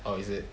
oh is it